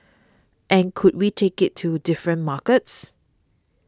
and could we take it to different markets